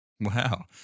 Wow